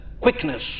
quickness